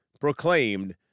proclaimed